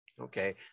okay